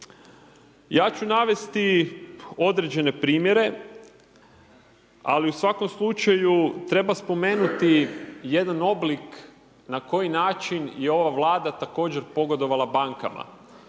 Ja ću navesti određene primjere, ali u svakom slučaju treba spomenuti jedan oblik na koji način je ova Vlada također pogodovala bankama.